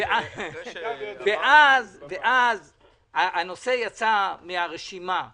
--ואז הנושא יצא מהרשימה שהוגשה,